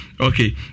Okay